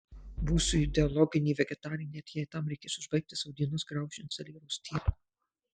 būsiu ideologinė vegetarė net jei tam reikės užbaigti savo dienas graužiant saliero stiebą